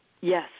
Yes